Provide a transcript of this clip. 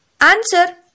Answer